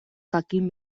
jakin